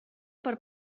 per